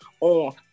on